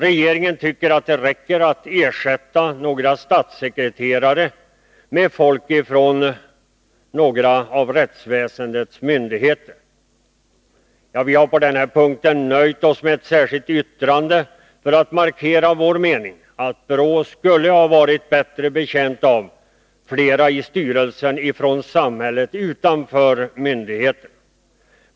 Regeringen tycker att det räcker att man ersätter några statssekreterare med folk från några av rättsväsendets myndigheter. Vi har på denna punkt nöjt oss med att i ett särskilt yttrande markera vår mening att BRÅ skulle ha varit bättre betjänt av flera representanter i styrelsen från samhället utanför myndigheterna.